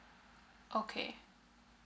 okay